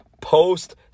post